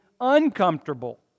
uncomfortable